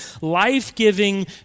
life-giving